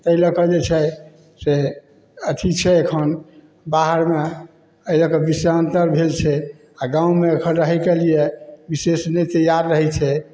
तैं लऽ कऽ जे छै से अथी छै अखन एहि लऽ कऽ बिषयान्तर भेल छै गाँवमे एखन रहैके लिए बिशेष नहि तैयार रहै छै